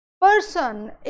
person